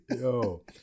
Yo